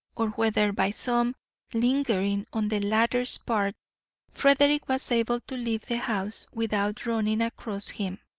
or whether by some lingering on the latter's part frederick was able to leave the house without running across him,